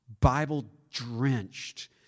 Bible-drenched